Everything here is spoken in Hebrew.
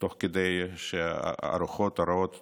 תוך כדי שהרוחות הרעות